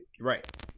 Right